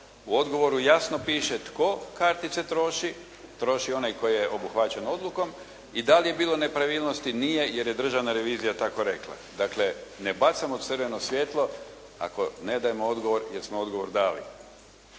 U odgovoru jasno piše tko kartice troši, troši onaj tko je obuhvaćen odlukom i da li je bilo nepravilnosti, nije, jer je Državna revizija tako rekla. Dakle ne bacamo crveno svjetlo ako ne dajemo odgovor, jer smo odgovor dali.